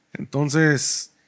Entonces